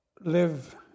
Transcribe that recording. live